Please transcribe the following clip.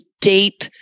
deep